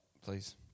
please